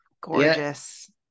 gorgeous